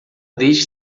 deixe